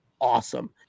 awesome